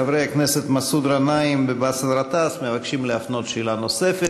חברי הכנסת מסעוד גנאים ובאסל גטאס מבקשים להפנות שאלה נוספת,